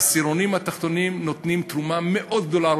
העשירונים התחתונים נותנים תרומה מאוד גדולה,